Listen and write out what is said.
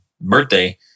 birthday